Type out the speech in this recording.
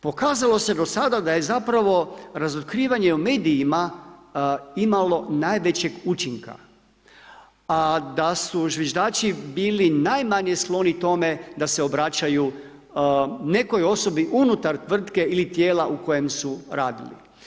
Pokazalo se do sada da je zapravo razotkrivanje u medijima imalo najvećeg učinka a da su zviždači bili najmanje skloni tome da se obraćaju nekoj osobi unutar tvrtke ili tijela u kojem su radili.